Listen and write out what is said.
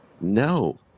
No